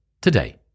today